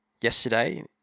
Yesterday